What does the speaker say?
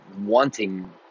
wanting